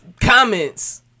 comments